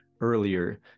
Earlier